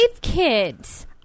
kids